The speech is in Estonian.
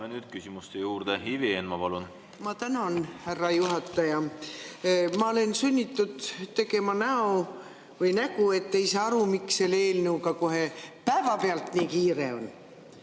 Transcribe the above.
nüüd küsimuste juurde. Ivi Eenmaa, palun! Ma tänan, härra juhataja! Ma olen sunnitud tegema nägu, et ei saa aru, miks selle eelnõuga kohe päevapealt nii kiire on.